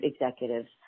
executives